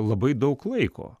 labai daug laiko